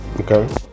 okay